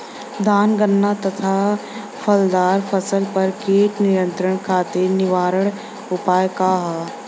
धान गन्ना तथा फलदार फसल पर कीट नियंत्रण खातीर निवारण उपाय का ह?